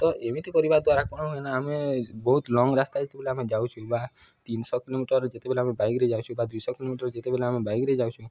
ତ ଏମିତି କରିବା ଦ୍ୱାରା କ'ଣ ହୁଏ ନା ଆମେ ବହୁତ ଲଙ୍ଗ ରାସ୍ତା ଯେତେବେଳେ ଆମେ ଯାଉଛୁ ବା ତିନିଶହ କିଲୋମିଟର ଯେତେବେଳେ ଆମେ ବାଇକ୍ରେ ଯାଉଛୁ ବା ଦୁଇଶହ କିଲୋମିଟର ଯେତେବେଳେ ଆମେ ବାଇକ୍ରେ ଯାଉଛୁ